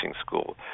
School